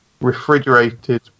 refrigerated